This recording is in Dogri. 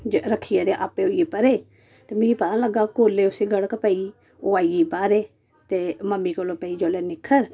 ते जे रक्खियै ते आपे होई गेई परे ते मिगी पता नी लग्गा कोल्ले उसी गड़़क पेई ओह् आई गेई बाहर ते मम्मी कोलूं पेई जदूं निक्खर